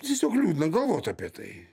tiesiog liūdna galvot apie tai